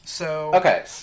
Okay